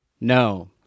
No